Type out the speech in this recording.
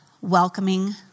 welcoming